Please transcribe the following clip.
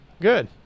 good